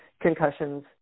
concussions